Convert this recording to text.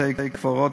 בתי-קברות,